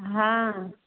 हाँ